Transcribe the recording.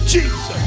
Jesus